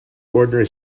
ordinary